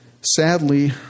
Sadly